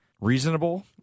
reasonable